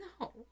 No